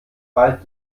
bald